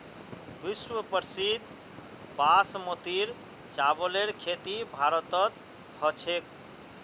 विश्व प्रसिद्ध बासमतीर चावलेर खेती भारतत ह छेक